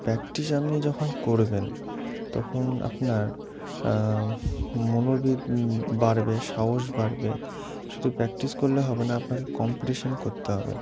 practice আপনি যখন করবেন তখন আপনার মনোবিদ বাড়বে সাহস বাড়বে শুধু প্র্যাকটিস করলে হবে না আপনাকে কম্পিটিশান করতে হবে